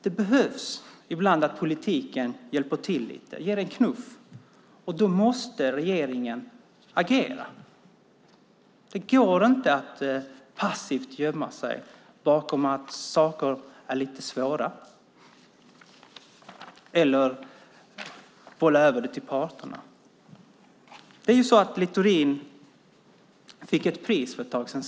Det behövs ibland att politiken hjälper till lite och ger en knuff, och då måste regeringen agera. Det går inte att passivt gömma sig bakom att saker är lite svåra eller att bolla över det till parterna. Littorin fick ett pris för ett tag sedan.